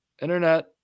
Internet